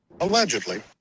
allegedly